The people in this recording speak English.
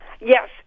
Yes